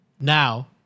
Now